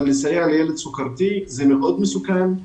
אבל לסייע לילד סוכרתי זה מאוד מסוכן.